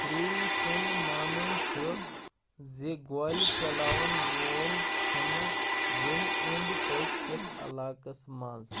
کرٛیٖڈی سُنٛد مانُن چھُ زِ گولہِ چَلاوَن وول چھُنہٕ وٕنہِ أنٛدۍ پٔکۍ کِس علاقس منٛز